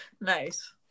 Nice